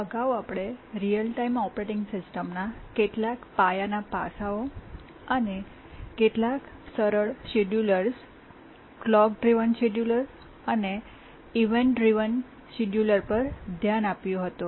અગાઉ આપણે real time operating સિસ્ટમ્સના કેટલાક પાયાના પાસાઓ અને કેટલાક સરળ શેડ્યુલર્સ ક્લૉક દ્રિવેન શેડ્યુલર અને ઇવેન્ટ દ્રિવેન શેડ્યુલર પર ધ્યાન આપ્યું હતું